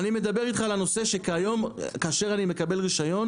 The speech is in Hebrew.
אני מדבר איתך על הנושא שכאשר אני מקבל רישיון,